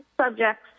subject